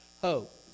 hope